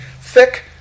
Thick